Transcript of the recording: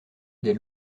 des